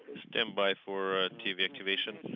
stand by for execution.